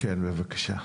חברי הכנסת, בבקשה,